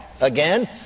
Again